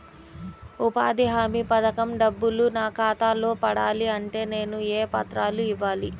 ఉపాధి హామీ పథకం డబ్బులు నా ఖాతాలో పడాలి అంటే నేను ఏ పత్రాలు ఇవ్వాలి?